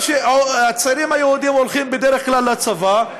הצעירים היהודים הולכים בדרך כלל לצבא,